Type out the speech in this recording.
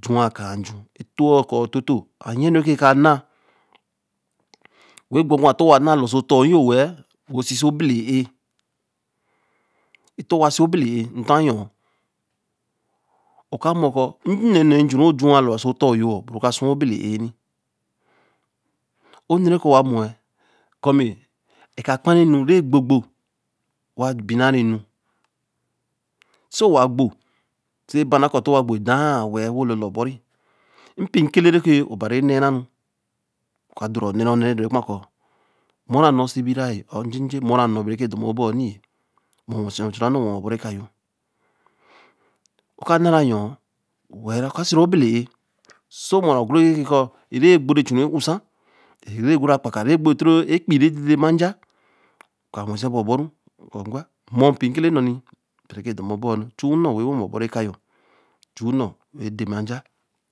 ju. wa kāa nj̄u to wel akāa to toō aye enu re ka n̄na, wen gwa-gwa to wa n̄na lor so otor ejo. wa ēa, wo sese obele ēe, to wa se obe le ēe ntor yo oka mo ku ē nna-nna ju ru ju wa rn dor so ton yo bo ro ka sou wa bale ēa o-nne re ke wa mou wel ku mi, eka kpa re nure gbo gbo, wa bina runu, so wa gbo, sāa baba to wa gbo tan̄n wo lolo borre, epii ke leē re obari en̄ne ru o ka do ra nne ra DAnne re ke dor raro ekpaā mo ra n̄no se bi ra, n̄no bare ke dor mo bor ya nni, mo wen se nu chu ranu wen ma bo ru eka yo oka n̄nara yōo wel o ka sera obele eāa, se mo ra oku re ke ku rēe gbo re echure ōww ean re gbo akaka re gbo o toro epeii re den-den ma nja oka wen se be boru, ko gwa mo pii kele nu be re ke dor mo nor chu nu wel wen ma o-bol ekāa yo chu nu wel den ma nia.